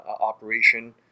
operation